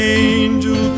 angel